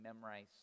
memorize